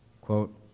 Quote